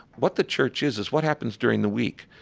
what the church is, is what happens during the week,